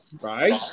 right